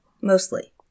Mostly